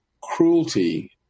cruelty